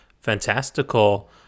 fantastical